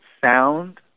sound